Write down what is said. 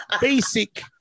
Basic